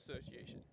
Association